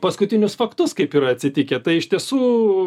paskutinius faktus kaip yra atsitikę tai iš tiesų